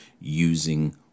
using